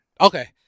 Okay